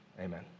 amen